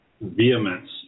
vehemence